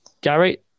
Gary